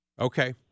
Okay